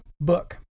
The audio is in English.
book